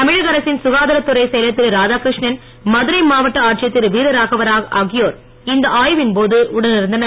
தமிழக அரசின் ககாதாரத்துறை செயலர்திரு ராதாகிருஷ்ணன் மதுரை மாவட்ட ஆட்சியர் திரு வீரராகவராவ் ஆகியோர் இந்த ஆய்வின் போது உடன் இருந்தனர்